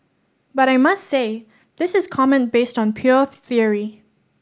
but I must say this is comment based on pure theory